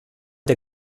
der